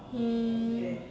and